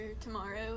tomorrow